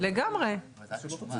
מכיוון שהם לא היו מציאותיים.